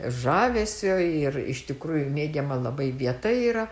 žavesio ir iš tikrųjų mėgiama labai vieta yra